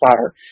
fire